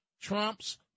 Trump's